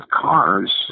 cars